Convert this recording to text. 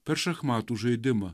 per šachmatų žaidimą